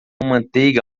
manteiga